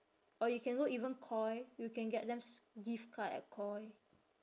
or you can go even koi you can get them s~ gift card at koi